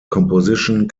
composition